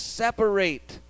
separate